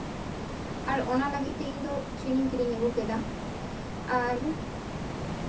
ᱟᱨ ᱚᱱᱟ ᱞᱟᱹᱜᱤᱫ ᱛᱮ ᱤᱧ ᱫᱚ ᱪᱤᱱᱤᱧ ᱠᱤᱨᱤᱧ ᱟᱹᱜᱩ ᱠᱮᱫᱟ ᱟᱨ